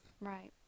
Right